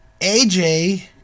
AJ